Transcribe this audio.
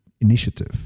initiative